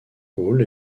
hall